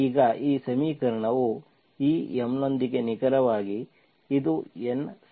ಈಗ ಈ ಸಮೀಕರಣವು ಈ M ನೊಂದಿಗೆ ನಿಖರವಾಗಿ ಇದು N